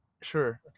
sure